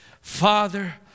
Father